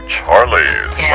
Charlie's